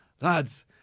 lads